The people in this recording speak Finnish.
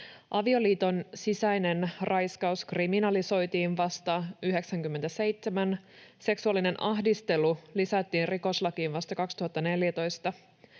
Avioliiton sisäinen raiskaus kriminalisoitiin vasta 97, seksuaalinen ahdistelu lisättiin rikoslakiin vasta 2014.